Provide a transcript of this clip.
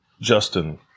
Justin